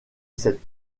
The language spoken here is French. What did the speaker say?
cette